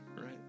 right